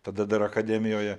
tada dar akademijoje